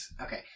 okay